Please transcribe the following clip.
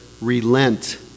relent